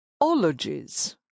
ologies